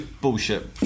Bullshit